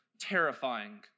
terrifying